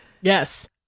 Yes